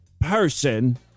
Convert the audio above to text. person